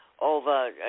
over